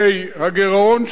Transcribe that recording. ה.